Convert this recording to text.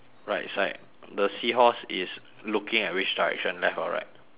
right side the seahorse is looking at which direction left or right